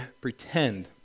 pretend